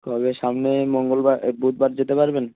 কবে সামনে মঙ্গলবার এ বুধবার যেতে পারবেন